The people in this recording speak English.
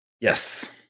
Yes